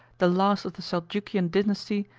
the last of the seljukian dynasty,